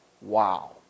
Wow